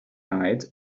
night